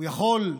הוא יכול,